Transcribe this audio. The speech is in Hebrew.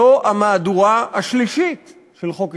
זו המהדורה השלישית של חוק ההסתננות.